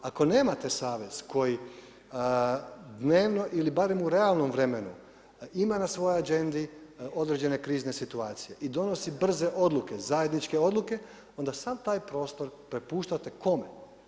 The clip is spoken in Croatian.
Ako nemate savez koji dnevno ili barem u realnom vremenu ima na svojoj … određene krizne situacije i donosi brze odluke, zajedničke odluke, onda sav taj prostr prepuštate kome?